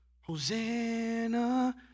Hosanna